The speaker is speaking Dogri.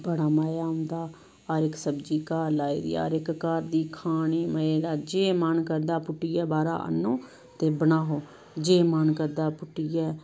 बड़ा मजा औंदा हर इक सब्जी घर लाई दी हर इक घर दी खानी मजे दा जे मन करदा पुट्टियै बाह्रा आह्नो ते बनाओ जे मन करदा पुट्टियै